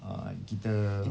uh kita